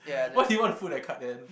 what did you want to put that card then